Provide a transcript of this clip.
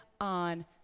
on